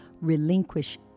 relinquish